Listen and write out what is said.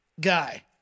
guy